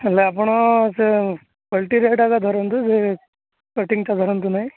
ହେଲେ ଆପଣ ସେ ପଲ୍ୟୁଟ୍ରି ଏକା ଧରନ୍ତୁ ସେ ପାକିଙ୍ଗକୁ ଧରନ୍ତୁ ନାହିଁ